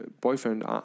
boyfriend